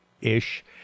ish